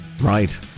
Right